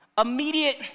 immediate